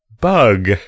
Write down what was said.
bug